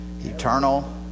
Eternal